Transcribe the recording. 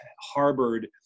harbored